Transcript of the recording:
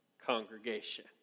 congregation